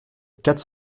quatre